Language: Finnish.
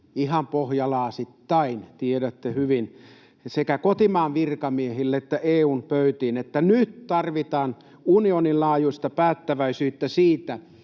ihan pohjalaasittain — tiedätte hyvin — sekä kotimaan virkamiehille että EU:n pöytiin, että nyt tarvitaan unionin laajuista päättäväisyyttä siinä,